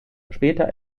später